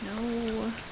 No